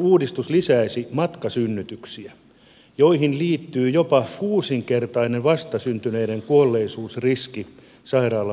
uudistus lisäisi matkasynnytyksiä joihin liittyy jopa kuusinkertainen vastasyntyneiden kuolleisuusriski sairaalasynnytyksiin nähden